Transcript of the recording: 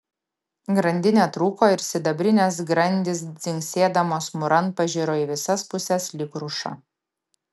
grandinė trūko ir sidabrinės grandys dzingsėdamos mūran pažiro į visas puses lyg kruša